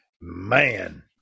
man